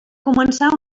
començar